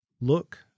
look